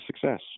success